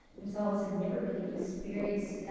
themselves had never really experienced, ah,